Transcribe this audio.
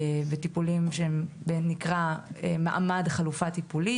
טיפולים שהם במעמד של חלופה טיפולית,